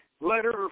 letter